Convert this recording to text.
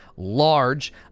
Large